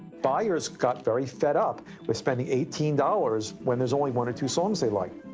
buyers got very fed up with spending eighteen dollars when there's only one or two songs they like.